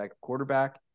quarterback